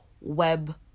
web